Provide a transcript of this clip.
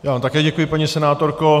Já vám také děkuji, paní senátorko.